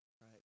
right